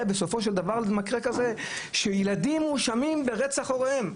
בסופו של דבר למקרה כזה שילדים מואשמים ברצח הוריהם.